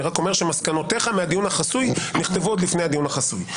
אני רק אומר שמסקנותיך מהדיון החסוי נכתבו עוד לפני הדיון החסוי.